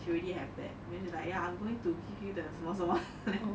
she already have that then she's like ya I'm going to give you the call then